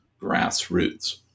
grassroots